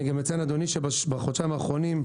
אני גם אציין, אדוני, שבחודשיים האחרונים,